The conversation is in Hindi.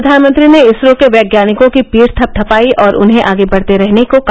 प्रधानमंत्री ने इसरो के वैज्ञानिकों की पीठ थपथपाई और उन्हें आगे बढ़ते रहने को कहा